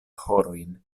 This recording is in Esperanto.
horojn